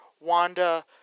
Wanda